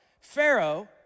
Pharaoh